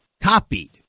copied